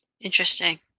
Interesting